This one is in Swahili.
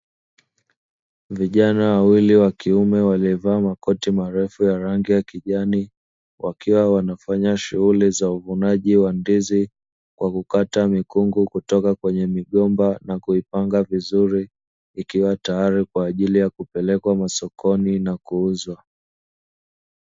Vijana wawili wa kiume waliovaa makoti marefu ya rangi ya kijani, wakiwa wanafanya shughuli za uvunaji wa ndizi kwa kukata mikungu kutoka kwenye migomba na kuipanga vizuri, ikiwa tayari kwa ajili ya kupelekwa masokoni na kuuzwa.